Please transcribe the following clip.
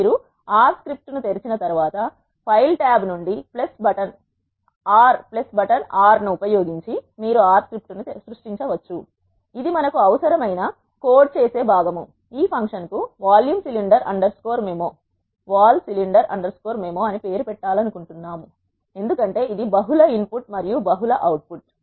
మీరు R script ను తెరిచిన తర్వాత ఫైల్ టాబ్ నుండి బటన్ R ను ఉపయోగించి మీరు R స్క్రిప్ట్ని సృష్టించవచ్చు ఇది మనకు అవసరమైన కోడ్ చేసే భాగం ఈ ఫంక్షన్కు volume cylinder underscore MIMO అని పేరు పెట్టాలనుకుంటున్నాను ఎందుకంటే ఇది బహుళ ఇన్ పుట్ మరియు బహుళ అవుట్పుట్